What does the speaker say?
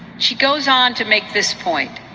she goes on to make this point,